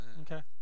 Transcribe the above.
Okay